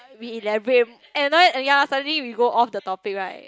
we elaborate and ya suddenly we go off the topic right